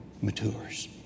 matures